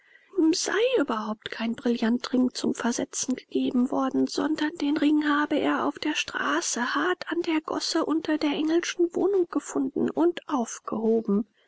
sei überhaupt kein brillantring zum versetzen gegeben worden sondern den ring habe er auf der straße hart an der gosse unter der engelschen wohnung gefunden und aufgehoben